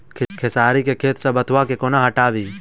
खेसारी केँ खेत सऽ बथुआ केँ कोना हटाबी